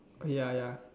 ya ya